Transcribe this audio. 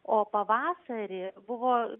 o pavasarį buvo